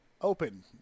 open